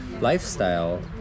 lifestyle